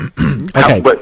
Okay